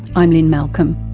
i'm lynne malcolm.